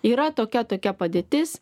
yra tokia tokia padėtis